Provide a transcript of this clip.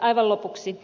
aivan lopuksi